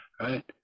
Right